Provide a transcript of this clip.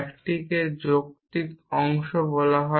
একটিকে যৌক্তিক অংশ বলা হয়